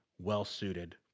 well-suited